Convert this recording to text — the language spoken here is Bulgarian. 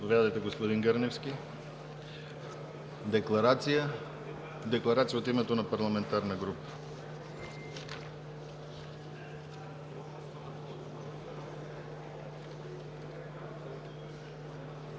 декларация от името на парламентарна група.